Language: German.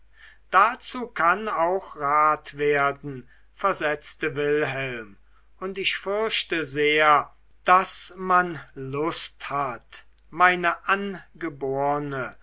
dazu kann auch rat werden versetzte wilhelm und ich fürchte sehr daß man lust hat meine angeborne